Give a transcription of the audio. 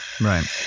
Right